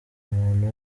umuntu